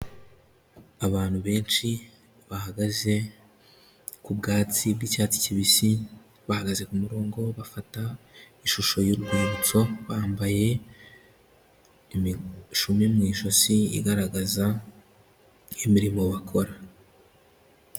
Abantu benshi bahagaze ku bwatsi bw'icyatsi kibisi, bahagaze ku murongo bafata ishusho y'urwibutso, bambaye imishumi mu ijosi igaragaza imirimo bakora.